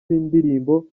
b’indirimbo